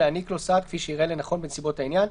להעניק לו סעד כפי שייראה לנכון בנסיבות העניין,